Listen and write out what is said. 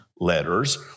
Letters